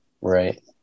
Right